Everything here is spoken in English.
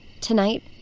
Tonight